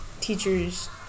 teachers